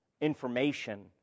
information